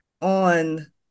on